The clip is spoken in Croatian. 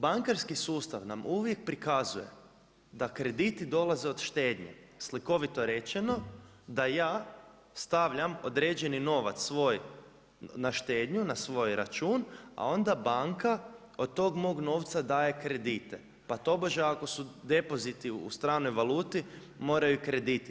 Bankarski sustav nam uvijek prikazuje da krediti dolaze od štednje, slikovito rečeno da ja stavljam određeni novac svoj na štednju, na svoj račun, onda banka od tog mog novca daje kredite, pa tobože ako su depoziti u stranoj valuti, moraju krediti.